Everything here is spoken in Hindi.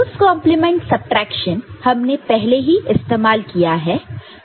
2's कॉन्प्लीमेंट सब ट्रैक्शन हमने पहले ही इस्तेमाल किया है